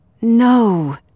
No